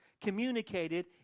communicated